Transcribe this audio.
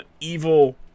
Evil